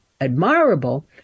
admirable